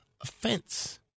offense